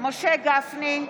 משה גפני,